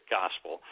gospel